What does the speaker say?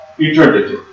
eternity